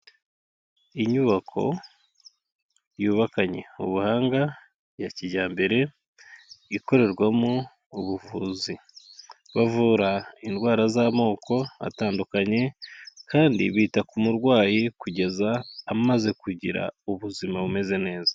Inyubako yubakanye ubuhanga ya kijyambere ikorerwamo ubuvuzi, bavura indwara z'amoko atandukanye, kandi bita ku murwayi kugeza amaze kugira ubuzima bumeze neza.